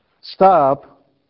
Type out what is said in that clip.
Stop